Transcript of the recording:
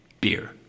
beer